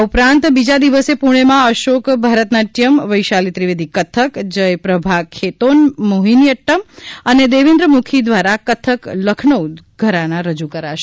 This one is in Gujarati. આ ઉપરાંત બીજા દિવસે પૂણેમાં અશોક ભરતનાટ્યમ વૈશાલી ત્રિવેદી કથક જયપ્રભા ખેતોન મોહિનીઅદૃમ અને દેવેન્દ્ર મુખી દ્રારા કથક લખનૌ ઘરાના રજૂ કરશે